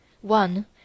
one